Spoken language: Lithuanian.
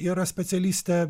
yra specialistė